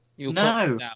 No